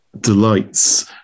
delights